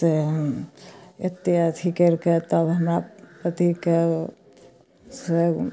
से एते अथी कयलकै तब हमरा पतिके से